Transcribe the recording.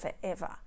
forever